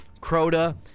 Crota